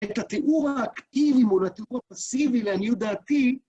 את התיאור האקטיבי מול התיאור הפסיבי, לעניות דעתי,